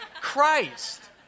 Christ